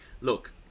Look